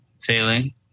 failing